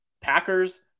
Packers